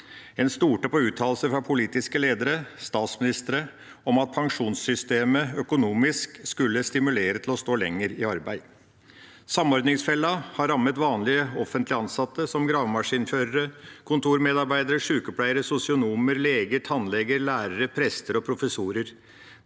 En stolte på uttalelser fra politiske ledere, statsministere, om at pensjonssystemet økonomisk skulle stimulere til å stå lenger i arbeid. Samordningsfella har rammet vanlige offentlig ansatte, som gravemaskinførere, kontormedarbeidere, sjukepleiere, sosionomer, leger, tannleger, lærere, prester og professorer.